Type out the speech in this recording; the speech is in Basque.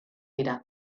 dira